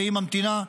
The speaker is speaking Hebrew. והיא ממתינה,